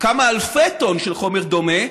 כמה אלפי טון של חומר דומה,